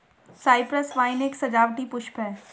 Cyprus vine एक सजावटी पुष्प है